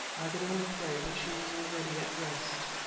i could only pray that she was already at rest.